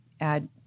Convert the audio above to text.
add